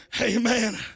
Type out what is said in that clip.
Amen